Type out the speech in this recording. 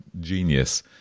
genius